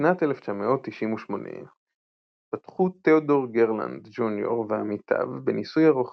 בשנת 1998 פתחו תיאודור גרלנד ג'וניור ועמיתיו בניסוי ארוך